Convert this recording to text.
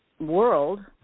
world